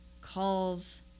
Calls